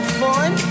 fun